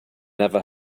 never